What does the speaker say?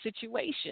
situation